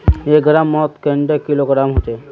एक ग्राम मौत कैडा किलोग्राम होचे?